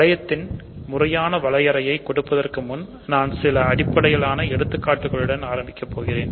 வளையத்தின் முறையான வரையறையை கொடுப்பதற்கு முன் நான் சில அடிப்படையிலான எடுத்துக்காட்டுகளுடன் ஆரம்பிக்கப் போகிறேன்